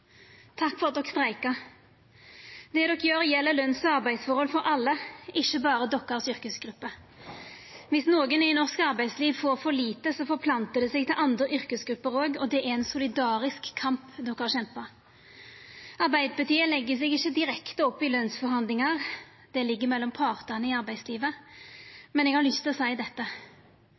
takk for at de streika. Det de gjer, gjeld løns- og arbeidsvilkår for alle, ikkje berre yrkesgruppa dykkar. Viss nokon i norsk arbeidsliv får for lite, forplantar det seg òg til andre yrkesgrupper, og det er ein solidarisk kamp de har kjempa. Arbeidarpartiet legg seg ikkje direkte opp i lønsforhandlingar, det ligg mellom partane i arbeidslivet, men eg har lyst til å seia dette: